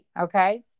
Okay